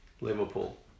Liverpool